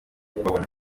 kubabona